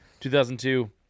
2002